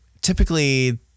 typically